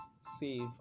save